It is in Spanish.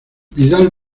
vidal